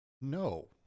No